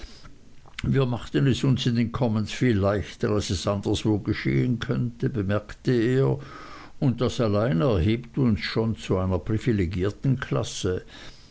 wir machen es uns in den commons viel leichter als es anderswo geschehen könnte bemerkte er und das allein erhebt uns schon zu einer privilegierten klasse